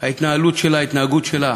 ההתנהלות שלה, ההתנהגות שלה